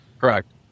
Correct